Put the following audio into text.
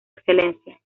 excelencia